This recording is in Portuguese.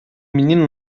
menino